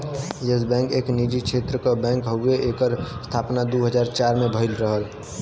yes Bank एक निजी क्षेत्र क बैंक हउवे एकर स्थापना दू हज़ार चार में भयल रहल